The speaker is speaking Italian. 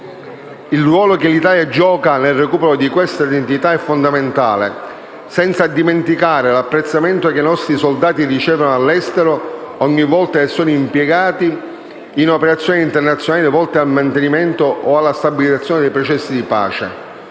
Il ruolo che l'Italia gioca nel recupero di questa identità è fondamentale, senza dimenticare l'apprezzamento che i nostri soldati ricevono all'estero ogni volta che sono impegnati in operazioni internazionali volte al mantenimento o alla stabilizzazione dei processi di pace.